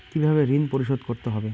কিভাবে ঋণ পরিশোধ করতে হবে?